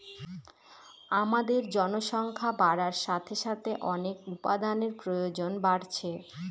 আমাদের জনসংখ্যা বাড়ার সাথে সাথে অনেক উপাদানের প্রয়োজন বাড়ছে